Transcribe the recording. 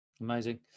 Amazing